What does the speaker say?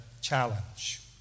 challenge